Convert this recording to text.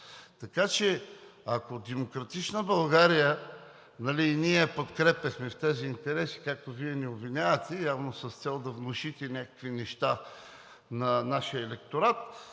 Така че ако „Демократична България“ и ние я подкрепяхме в тези интереси, както Вие ни обвинявате, явно с цел да внушите някакви неща на нашия електорат